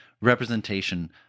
representation